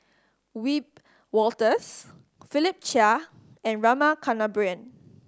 Wiebe Wolters Philip Chia and Rama Kannabiran